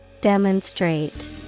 Demonstrate